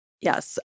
Yes